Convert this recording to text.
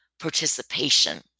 Participation